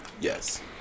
yes